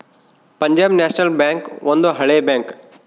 Punjab national bank ಒಂದು ಹಳೆ bank